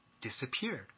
disappeared